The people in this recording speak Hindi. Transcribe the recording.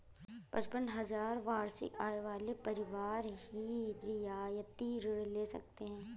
पचपन हजार वार्षिक आय वाले परिवार ही रियायती ऋण ले सकते हैं